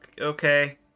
okay